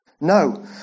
No